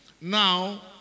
Now